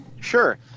Sure